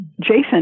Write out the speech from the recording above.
Jason